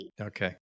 Okay